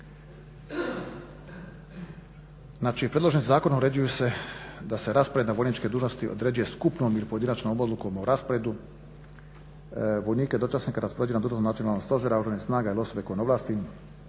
Znači, predloženim zakonom uređuju se da se raspored na vojničke dužnosti određuje skupnom ili pojedinačnom odlukom o rasporedu vojnika i dočasnika raspoređenog … stožera Oružanih snaga ili osobe … Znači,